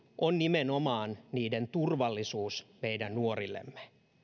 on nimenomaan niiden turvallisuus meidän nuorillemme